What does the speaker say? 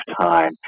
time